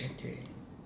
okay